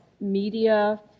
media